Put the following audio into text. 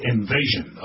Invasion